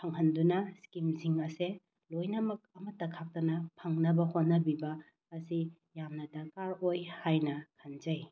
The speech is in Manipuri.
ꯐꯪꯍꯟꯗꯨꯅ ꯏꯁꯀꯤꯝꯁꯤꯡ ꯑꯁꯦ ꯂꯣꯏꯅꯃꯛ ꯑꯃꯠꯇ ꯈꯥꯛꯇꯅ ꯐꯪꯅꯕ ꯍꯣꯠꯅꯕꯤꯕ ꯑꯁꯤ ꯌꯥꯝꯅ ꯗꯔꯀꯥꯔ ꯑꯣꯏ ꯍꯥꯏꯅ ꯈꯟꯖꯩ